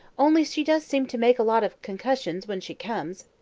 only she does seem to make a lot of concussions when she comes.